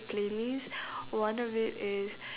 playlist one of it is